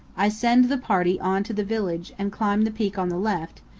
i send the party on to the village and climb the peak on the left,